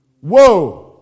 Whoa